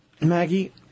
Maggie